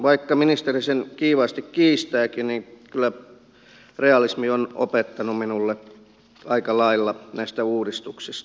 vaikka ministeri sen kiivaasti kiistääkin niin kyllä realismi on opettanut minulle aika lailla näistä uudistuksista